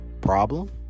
Problem